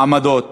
מעמדות